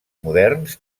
moderns